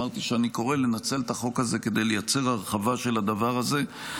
אמרתי שאני קורא לנצל את החוק הזה כדי לייצר הרחבה של הדבר הזה,